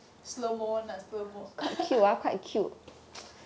slow mo [one] ah slow mo